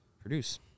produce